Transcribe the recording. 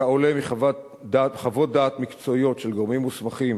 כעולה מחוות-דעת מקצועיות של גורמים מוסמכים,